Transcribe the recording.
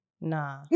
Nah